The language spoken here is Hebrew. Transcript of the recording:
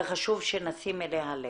וחשוב שנשים אליה לב.